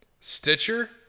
Stitcher